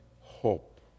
hope